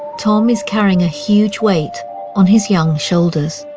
tom is carrying a huge weight on his young shoulders.